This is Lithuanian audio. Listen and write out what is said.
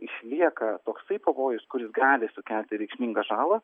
išlieka toksai pavojus kuris gali sukelti reikšmingą žalą